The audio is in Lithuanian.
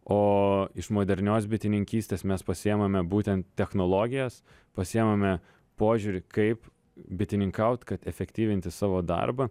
o iš modernios bitininkystės mes pasiimame būtent technologijas pasiimame požiūrį kaip bitininkaut kad efektyvinti savo darbą